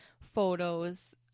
photos